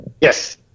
Yes